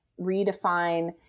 redefine